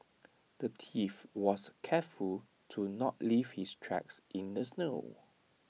the thief was careful to not leave his tracks in the snow